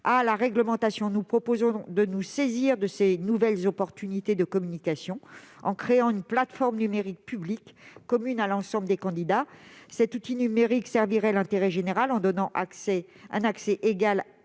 à la réglementation. Nous proposons de nous saisir de ces nouvelles opportunités de communication en créant une plateforme numérique publique commune à l'ensemble des candidats. Cet outil numérique servirait l'intérêt général en donnant un accès égal